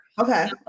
Okay